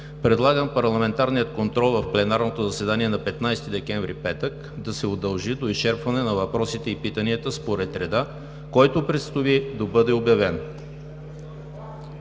предлагам парламентарният контрол в пленарното заседание на 15 декември 2017 г., петък, да се удължи до изчерпване на въпросите и питанията според реда, който предстои да бъде обявен.